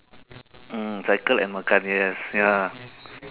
mm cycle and makan yes ya